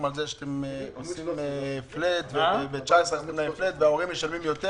שאתם עושים flat וההורים משלמים יותר,